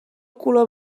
color